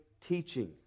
teaching